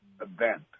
event